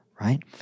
right